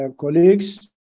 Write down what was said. Colleagues